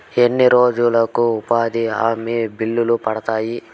ఎన్ని రోజులకు ఉపాధి హామీ బిల్లులు పడతాయి?